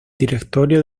directorio